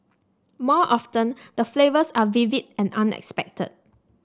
more often the flavours are vivid and unexpected